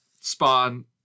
Spawn